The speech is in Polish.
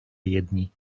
jedni